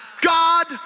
God